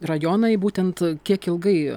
rajonai būtent kiek ilgai